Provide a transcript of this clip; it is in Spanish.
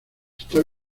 está